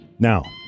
Now